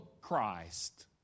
Christ